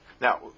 Now